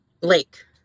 lake